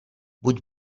buď